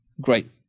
great